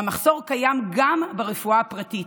והמחסור קיים גם ברפואה הפרטית.